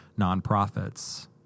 nonprofits